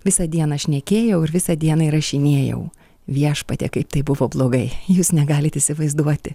visą dieną šnekėjau ir visą dieną įrašinėjau viešpatie kaip tai buvo blogai jūs negalite įsivaizduoti